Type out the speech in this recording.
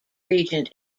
regent